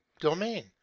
domain